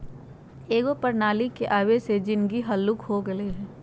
एकेगो प्रणाली के आबे से जीनगी हल्लुक हो गेल हइ